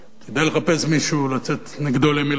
כדאי לחפש מישהו לצאת נגדו למלחמה?